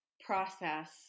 process